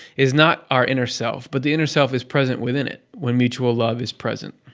is not our inner self, but the inner self is present within it when mutual love is present.